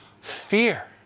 fear